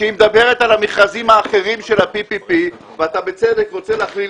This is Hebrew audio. כשהיא מדברת על המכרזים האחרים של ה-PPP ואתה בצדק רוצה להכליל